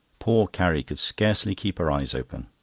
poor carrie could scarcely keep her eyes open.